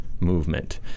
Movement